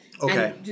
Okay